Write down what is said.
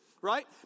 Right